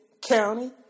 county